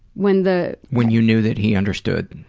when the. when you knew that he understood.